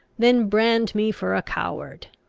then brand me for a coward!